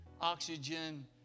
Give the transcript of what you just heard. oxygen